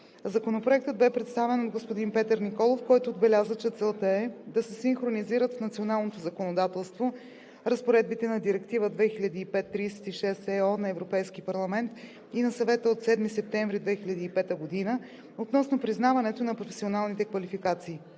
Законопроектът бе представен от господин Петър Николов, който отбеляза, че целта е да се синхронизират в националното законодателство разпоредбите на Директива 2005/36/ЕО на Европейския парламент и на Съвета от 7 септември 2005 г. относно признаването на професионалните квалификации.